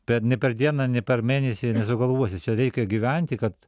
per ne per dieną ne per mėnesį nesugalvosi čia reikia gyventi kad